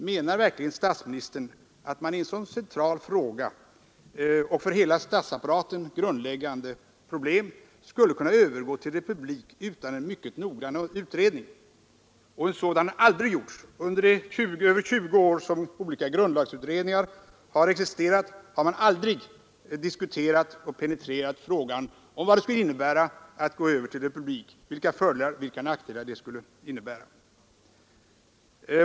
Menar verkligen statsministern att man i en så central och för hela statsapparaten grundläggande fråga skulle kunna övergå till republik utan en mycket noggrann utredning? En sådan utredning har aldrig gjorts. Under de över 20 år som olika grundlagsutredningar har arbetat har man aldrig diskuterat eller penetrerat frågan om vad det skulle innebära att gå över till republik — vilka fördelar och vilka nackdelar som detta skulle innebära.